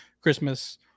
christmas